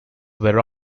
were